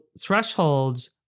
thresholds